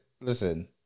listen